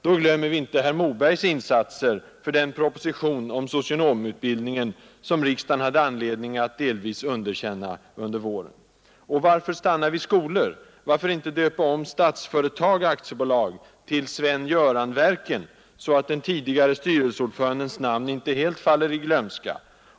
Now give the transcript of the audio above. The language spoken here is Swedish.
Då glömmer vi inte herr Mobergs insatser för den proposition om socionomutbildningen som riksdagen hade anledning att delvis underkänna under våren, Och varför stanna vid skolor? Varför inte döpa om Statsföretag AB till Sven-Göran-verken, så att tidigare styrelseordförandens namn inte helt faller i glömska?